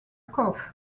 cough